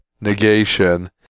negation